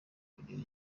kugira